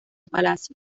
palacio